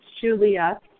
Julia